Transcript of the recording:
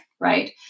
right